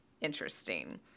interesting